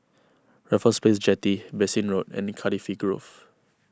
Raffles Place Jetty Bassein Road and Cardifi Grove